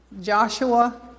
Joshua